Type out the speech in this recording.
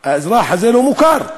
האזרח הזה לא מוכר.